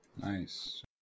Nice